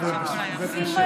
אבל זה קשה.